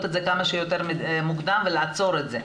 את זה כמה שיותר מוקדם ולעצור את זה,